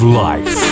life